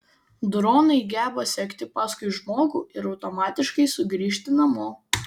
dronai geba sekti paskui žmogų ir automatiškai sugrįžti namo